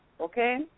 okay